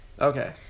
Okay